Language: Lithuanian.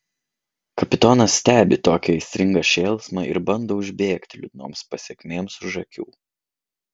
kapitonas stebi tokį aistringą šėlsmą ir bando užbėgti liūdnoms pasekmėms už akių